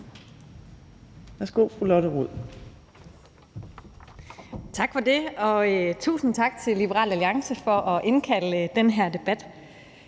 Tak for det, og tusind tak til Liberal Alliance for at indkalde til den her debat.